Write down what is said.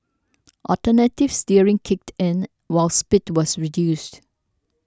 alternative steering kicked in while speed was reduced